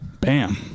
Bam